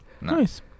Nice